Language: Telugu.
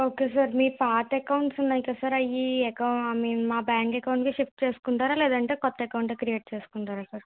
ఓకే సార్ మీ పాత అకౌంట్స్ ఉన్నాయి కదా సార్ అవి అకౌ మేము మా బ్యాంక్ అకౌంట్కి షిఫ్ట్ చేసుకుంటారా లేదంటే కొత్త అకౌంట్ క్రియేట్ చేసుకుంటారా సార్